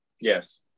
yes